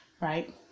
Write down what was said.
right